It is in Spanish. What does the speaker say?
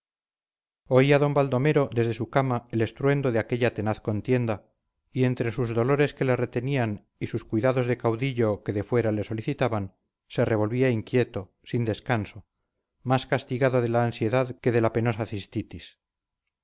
oía don baldomero desde su cama el estruendo de aquella tenaz contienda y entre sus dolores que le retenían y sus cuidados de caudillo que de fuera le solicitaban se revolvía inquieto sin descanso más castigado de la ansiedad que de la penosa cistitis